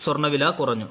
സ്വർണ്ണവില കുറഞ്ഞു